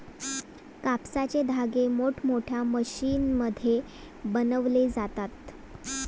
कापसाचे धागे मोठमोठ्या मशीनमध्ये बनवले जातात